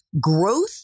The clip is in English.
Growth